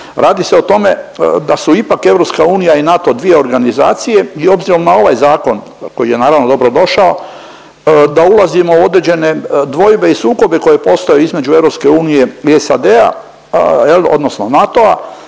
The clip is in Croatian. Radi se o tome da su ipak EU i NATO dvije organizacije i obzirom na ovaj Zakon koji je, naravno, dobrodošao, da ulazimo u određene dvojbe i sukobe koji postoje između EU i SAD-a, a je li, odnosno NATO-a,